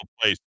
place